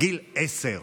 גיל עשר.